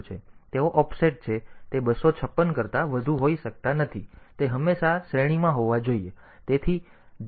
તેથી તેઓ ઓફસેટ છે તે 256 128 થી 127 કરતાં વધુ હોઈ શકતા નથી તે હંમેશા તે શ્રેણીમાં હોવા જોઈએ